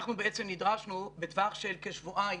אנחנו בעצם נדרשנו בטווח של כשבועיים